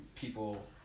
people